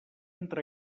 entre